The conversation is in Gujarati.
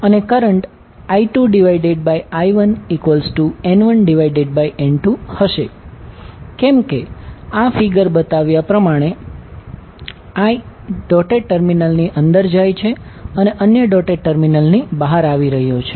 અને કરંટ I2I1N1N2હશે કેમ કે આ ફિગર બતાવ્યા પ્રમાણે 1 ડોટેડ ટર્મિનલની અંદર જાય છે અને અન્ય ડોટેડ ટર્મિનલની બહાર આવી રહ્યું છે